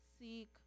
seek